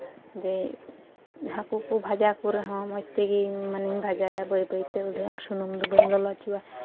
ᱡᱮ ᱦᱟᱹᱠᱩ ᱠᱚ ᱵᱷᱟᱡᱟ ᱠᱚ ᱨᱮᱦᱚᱸ ᱢᱚᱡᱽ ᱛᱮᱜᱮᱧ ᱢᱟᱱᱮᱧ ᱵᱷᱟᱡᱟᱭᱟ ᱢᱟᱱᱮ ᱵᱟᱹᱭ ᱵᱟᱹᱭᱛᱮ ᱛᱮᱜᱮ ᱟᱨ ᱥᱩᱱᱩᱢ ᱫᱚ ᱵᱟᱹᱧ ᱞᱚᱞᱚ ᱦᱚᱪᱚᱜᱼᱟ